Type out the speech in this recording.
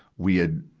we had,